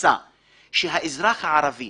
התפיסה שהאזרח הערבי